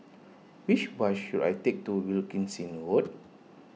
which bus should I take to Wilkinson Road